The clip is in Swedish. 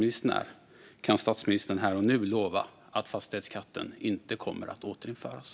Kan statsministern här och nu lova att fastighetsskatten inte kommer att återinföras?